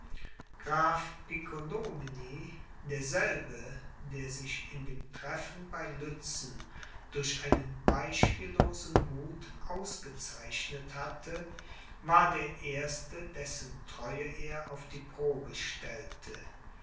graf piccolomini derselbe der sich in dem treffen bei lützen durch einen beispiellosen muth ausgezeichnet hatte war der erste dessen treue er auf die probe stellte